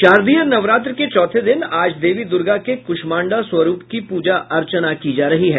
शारदीय नवरात्र के चौथे दिन आज देवी दुर्गा के कूष्माण्डा स्वरूप की पूजा अर्चना की जा रही है